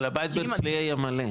אבל הבית בהרצליה יהיה מלא,